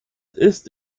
ist